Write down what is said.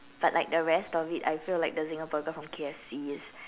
but like the rest of it I feel like the Zinger Burger from K_F_C is